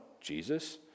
Jesus